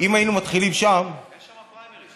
אם היינו מתחילים שם, יש שם פריימריז.